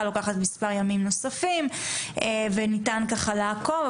לוקחת מספר ימים נוספים וניתן ככה לעקוב.